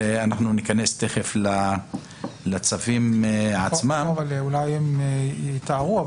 ניכנס תיכף לצווים עצמם --- שאלתי אותם ואולי הם גם יתארו,